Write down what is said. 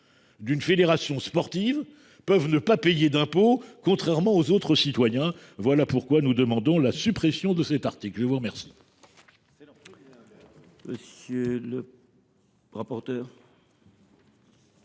d’une fédération sportive pourraient ne pas payer d’impôts, contrairement aux autres citoyens ? Voilà pourquoi nous demandons la suppression de cet article. La parole est à M. le rapporteur